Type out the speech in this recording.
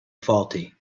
faulty